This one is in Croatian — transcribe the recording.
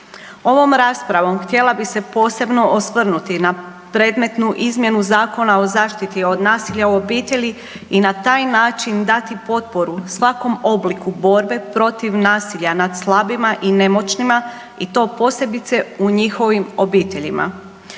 Ovom raspravom htjela bih se posebno osvrnuti na predmetnu izmjenu Zakona o zaštiti od nasilja u obitelji i na taj način dati potporu svakom obliku borbe protiv nasilja nad slabima i nemoćnima i to posebice u njihovim obiteljima.